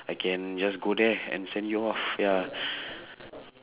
I can just go there and send you off ya